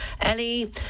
Ellie